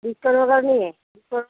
डिस्कोन वगैरे नाही आहे डिस्कोन